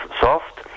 soft